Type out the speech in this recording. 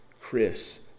Chris